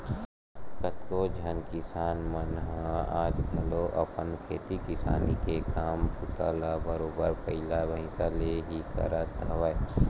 कतको झन किसान मन ह आज घलो अपन खेती किसानी के काम बूता ल बरोबर बइला भइसा ले ही करत हवय